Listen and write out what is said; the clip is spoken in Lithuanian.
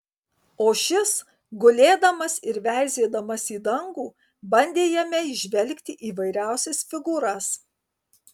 o šis gulėdamas ir veizėdamas į dangų bandė jame įžvelgti įvairiausias figūras